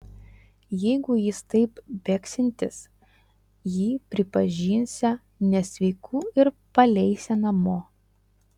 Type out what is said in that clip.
jeigu jis taip bėgsiantis jį pripažinsią nesveiku ir paleisią namo